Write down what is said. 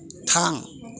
थां